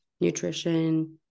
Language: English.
nutrition